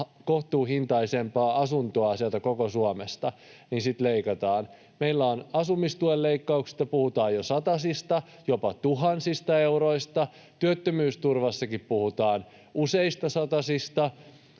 kohtuuhintaisempaa asuntoa sieltä koko Suomesta, niin sitten leikataan. Meillä asumistuen leikkauksissa puhutaan jo satasista, jopa tuhansista euroista, työttömyysturvassakin puhutaan useista satasista